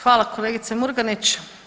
Hvala kolegice Murganić.